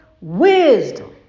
Wisdom